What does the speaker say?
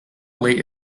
late